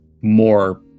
more